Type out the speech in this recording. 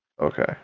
Okay